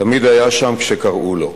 תמיד היה שם, כשקראו לו.